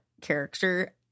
character